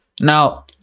Now